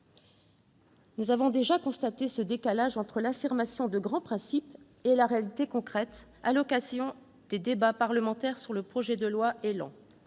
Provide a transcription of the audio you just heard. Nous avons déjà constaté ce décalage entre l'affirmation de grands principes et la réalité concrète à l'occasion des débats parlementaires sur le projet de loi ÉLAN.